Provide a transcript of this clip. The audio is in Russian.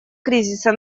кризиса